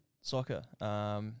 soccer